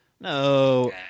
No